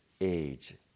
age